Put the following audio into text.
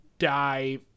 die